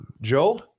Joel